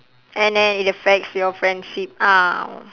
and then it affects your friendship ah